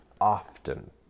often